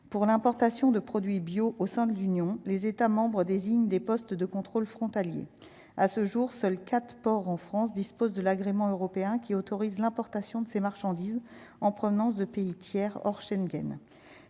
pour l'importation de produits bio au sein de l'Union, les États membres désignent des postes de contrôles frontaliers à ce jour, seuls 4 ports en France dispose de l'agrément européen qui autorise l'importation de ces marchandises en provenance de pays tiers hors Schengen